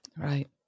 Right